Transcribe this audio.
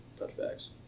touchbacks